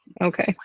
Okay